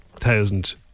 thousand